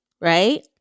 right